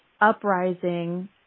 uprising